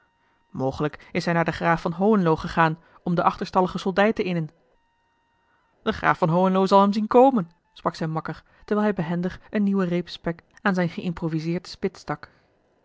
mogelijk is hij naar den graaf van hohenlo gegaan om de achterstallige soldij te innen de graaf van hohenlo zal hem zien komen sprak zijn makker terwijl hij behendig een nieuwen reep spek aan zijn geïmproviseerd spit stak